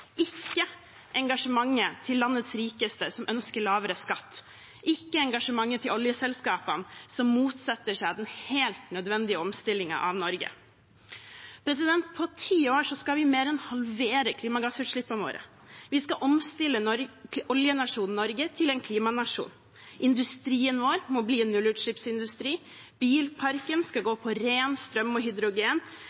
ikke engasjementet til landets rikeste, som ønsker lavere skatt, og ikke engasjementet til oljeselskapene, som motsetter seg den helt nødvendige omstillingen av Norge. På ti år skal vi mer enn halvere klimagassutslippene våre. Vi skal omstille oljenasjonen Norge til en klimanasjon. Industrien vår må bli en nullutslippsindustri, bilparken skal gå